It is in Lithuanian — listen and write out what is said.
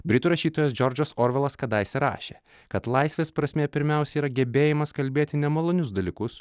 britų rašytojas džordžas orvelas kadaise rašė kad laisvės prasmė pirmiausiai yra gebėjimas kalbėti nemalonius dalykus